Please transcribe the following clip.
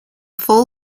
full